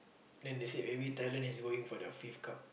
then they said maybe Thailand is going for the fifth cup